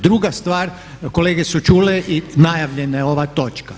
Druga stvar, kolege su čule i najavljena je ova točka.